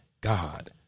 God